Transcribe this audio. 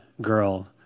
girl